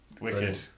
wicked